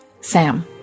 Sam